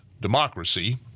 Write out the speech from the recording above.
democracy